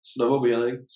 snowboarding